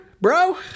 bro